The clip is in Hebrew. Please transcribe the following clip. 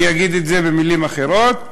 אני אגיד את זה במילים אחרות: